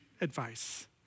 advice